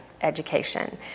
education